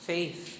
Faith